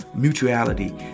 Mutuality